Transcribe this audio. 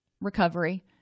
recovery